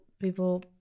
people